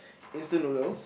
instant noodles